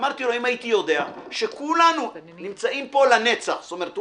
אמרתי לו: אם הייתי יודע שכולנו נמצאים פה לנצח זאת אומרת,